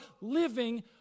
living